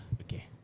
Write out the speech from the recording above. Okay